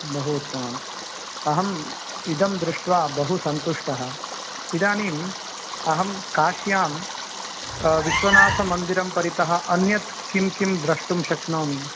बहु उत्तमम् अहम् इदं दृष्ट्वा बहुसन्तुष्टः इदानीम् अहं काश्यां विश्वनाथमन्दिरं परितः अन्यत् किं किं द्रष्टुं शक्नोमि